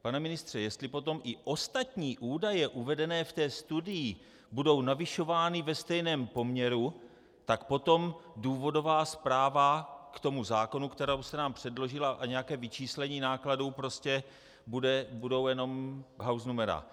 Pane ministře, jestli potom i ostatní údaje uvedené v té studii budou navyšovány ve stejném poměru, tak potom důvodová zpráva k tomu zákonu, kterou jste nám předložil, a nějaké vyčíslení nákladů prostě budou jenom hausnumera.